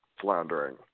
floundering